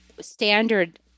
standard